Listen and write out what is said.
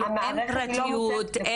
אין פרטיות.